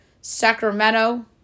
Sacramento